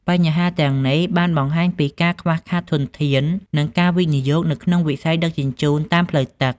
បញ្ហាទាំងនេះបានបង្ហាញពីការខ្វះខាតធនធាននិងការវិនិយោគនៅក្នុងវិស័យដឹកជញ្ជូនតាមផ្លូវទឹក។